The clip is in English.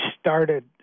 started